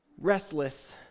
restless